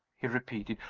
he repeated.